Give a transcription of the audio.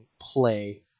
play